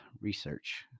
research